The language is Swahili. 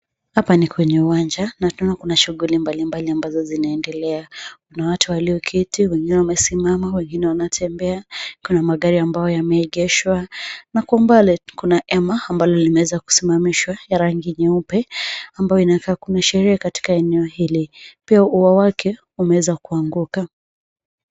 Hapa ni kwenye uwanja na tunaona kuna shughuli mbalimbali ambazo zinaendelea. Kuna watu walioketi, wengine wamesimama, wengine wanatembea, kuna magari ambayo yameegeshwa na kwa mbali kuna hema ambalo limeweza kusimamishwa ya rangi nyeupe ambayo inakaa kuna sherehe katika eneo hili. Pia ua wake umeweza kuanguka.